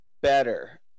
better